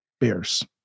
Bears